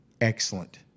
Excellent